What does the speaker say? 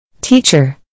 Teacher